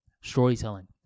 storytelling